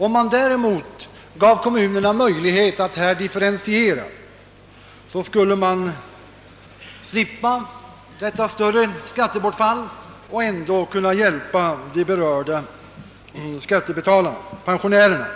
Om kommunerna däremot finge möjlighet att differentiera skatten skulle de komma ifrån detta större skattebortfall och ändå kunna hjälpa pensionärerna.